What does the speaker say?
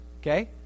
Okay